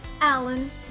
Alan